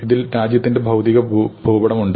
ഇതിൽ രാജ്യത്തിന്റെ ഭൌതിക ഭൂപടമുണ്ട്